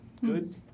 good